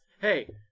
hey